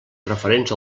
referents